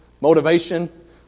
motivation